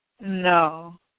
No